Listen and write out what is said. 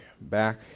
back